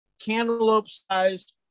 cantaloupe-sized